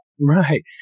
Right